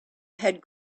had